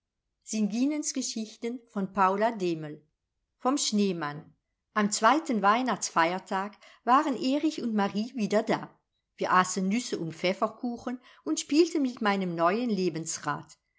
himmel und von den himmlischen heerschaaren vom schneemann am zweiten weihnachtsfeiertag waren erich und marie wieder da wir aßen nüsse und pfefferkuchen und spielten mit meinem neuen lebensrad